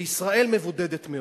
וישראל מבודדת מאוד.